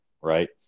right